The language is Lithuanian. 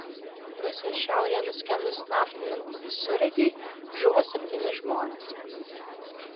rusijos šiaurėje nuskendus naftininkų visureigiui žuvo septyni žmonės